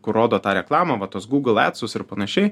kur rodo tą reklamą va tuos gūgl etsus ir panašiai